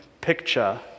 picture